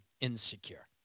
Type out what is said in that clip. insecure